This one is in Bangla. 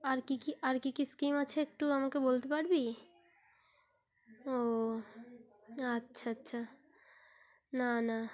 আর কী কী আর কী কী স্কিম আছে একটু আমাকে বলতে পারবি ও আচ্ছা আচ্ছা না না